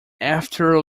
after